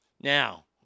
Now